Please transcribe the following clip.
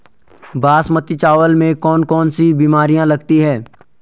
बासमती चावल में कौन कौन सी बीमारियां लगती हैं?